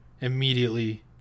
immediately